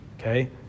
Okay